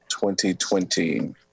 2020